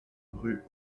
rue